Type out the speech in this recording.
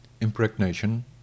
impregnation